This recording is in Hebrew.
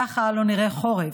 כך לא נראה חורף.